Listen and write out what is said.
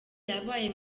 yabaye